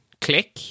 click